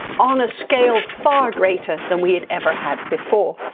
on a scale far greater than we had ever had before.